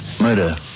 Murder